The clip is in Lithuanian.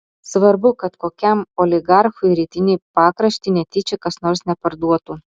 svarbu kad kokiam oligarchui rytinį pakraštį netyčia kas nors neparduotų